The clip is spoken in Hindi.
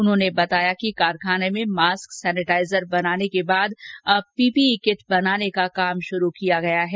उन्होंने बताया कि कारखाने में मास्क सैनिटाइजर बनाने के बाद अब कारखाने में पीपीई किट बनाने का काम शुरू किया गया है